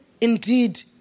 indeed